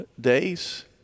days